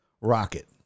rocket